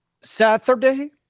Saturday